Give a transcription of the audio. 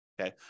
okay